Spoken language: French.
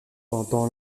pendant